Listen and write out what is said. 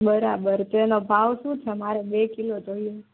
બરાબર તો એનો ભાવ શું છે મને બે કિલો જોઈએ છે